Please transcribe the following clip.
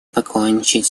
покончить